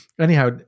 Anyhow